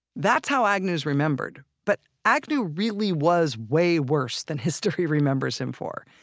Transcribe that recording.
that's how agnew's remembered, but agnew really was way worse than history remembers him for,